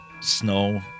snow